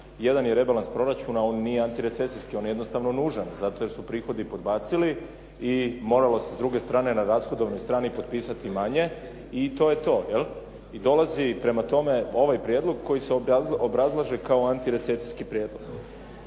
Jedan je rebalans proračun, on nije antirecesijski, on je jednostavno nužan zato jer su prihodi podbacili i moralo se s druge strane na rashodovnoj strani popisati manje i to je to. I dolazi prema tome ovaj prijedlog koji se obrazlaže kao antirecesijski prijedlog.